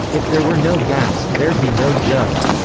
if there were no gaffes, there'd be no joe.